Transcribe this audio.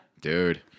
dude